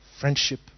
friendship